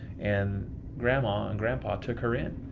and grandma and grandpa took her in,